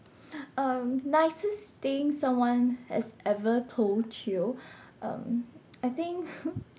um nicest thing someone has ever told you um I think